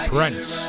Prince